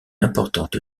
importante